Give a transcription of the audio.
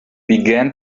began